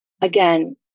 Again